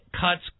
cuts